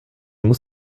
muss